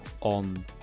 on